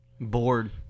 Bored